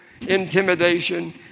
intimidation